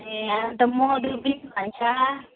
ए अनि त मोदु पनि भन्छ